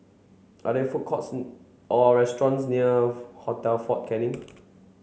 are there food courts or restaurants near Hotel Fort Canning